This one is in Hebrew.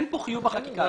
אין כאן חיוב בחקיקה הזאת.